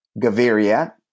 Gaviria